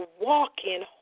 walking